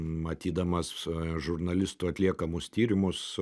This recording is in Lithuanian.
matydamas žurnalistų atliekamus tyrimus